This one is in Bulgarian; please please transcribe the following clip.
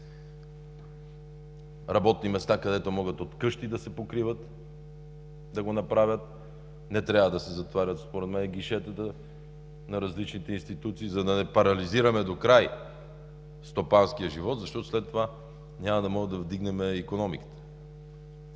работни места, където могат от вкъщи да се покриват, да го направят. Не трябва да се затварят според мен гишетата на различните институции, за да не парализираме докрай стопанския живот, защото след това няма да можем да вдигнем икономиката.